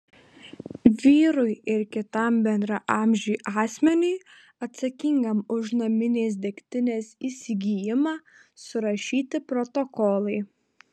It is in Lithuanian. vyrui ir kitam bendraamžiui asmeniui atsakingam už naminės degtinės įsigijimą surašyti protokolai